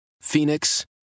Phoenix